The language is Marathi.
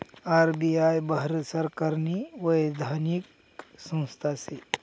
आर.बी.आय भारत सरकारनी वैधानिक संस्था शे